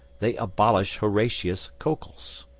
they abolish horatius cocles.